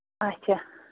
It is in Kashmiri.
اَچھا